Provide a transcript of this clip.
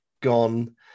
gone